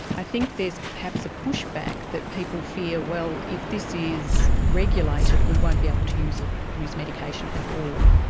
i think there is perhaps a pushback that people fear, well, if this is regulated we won't be able to use ah use medication at all,